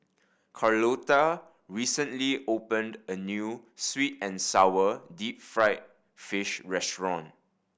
Carlotta recently opened a new sweet and sour deep fried fish restaurant